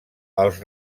els